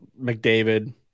McDavid